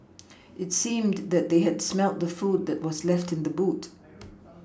it seemed that they had smelt the food that was left in the boot